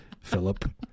Philip